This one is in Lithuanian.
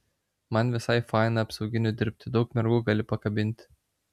man visai faina apsauginiu dirbti daug mergų gali pakabint